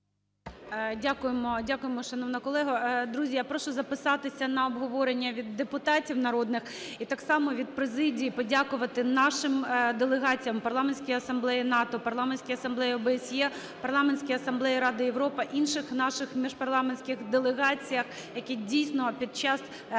Дякуємо, шановна колега. Друзі, я прошу записатися на обговорення від депутатів народних. І так само від президії подякувати нашим делегаціям в Парламентській асамблеї НАТО, в Парламентській асамблеї ОБСЄ, в Парламентській асамблеї Ради Європи, інших наших міжпарламентських делегаціях, які дійсно під час